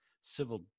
civil